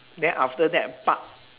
then after that park